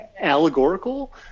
allegorical